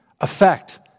effect